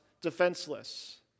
defenseless